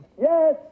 Yes